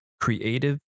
creative